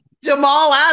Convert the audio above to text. Jamal